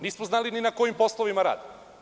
Nismo znali ni na kojim poslovima rade.